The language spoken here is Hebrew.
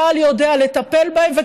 צה"ל יודע לטפל בהם.